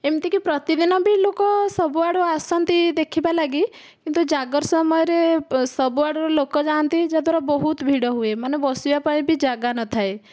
ଏମିତିକି ପ୍ରତିଦିନ ବି ଲୋକ ସବୁଆଡ଼ୁ ଆସନ୍ତି ଦେଖିବାପାଇଁ କିନ୍ତୁ ଜାଗର ସମୟରେ ସବୁଆଡୁ ଲୋକ ଯାଆନ୍ତି ଯାହାଦ୍ୱାରା ବହୁତ ଭିଡ଼ ହୁଏ ବସିବା ପାଇଁ ବି ଜାଗା ନଥାଏ